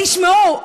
תשמעו,